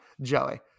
Joey